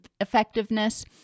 Effectiveness